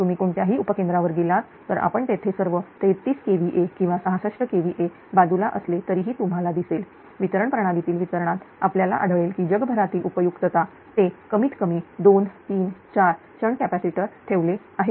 तुम्ही कोणत्याही उपकेंद्रा वर गेलात तर आपण तेथे सर्व 33 kVA किंवा 66 kVA बाजूला असले तरीही तुम्हाला दिसेल वितरण प्रणालीतील वितरणात आपल्याला आढळेल की जगभरातील उपयुक्तता ते कमीत कमी 23 4 शंट कॅपॅसिटर ठेवत आहेत